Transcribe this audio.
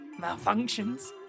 Malfunctions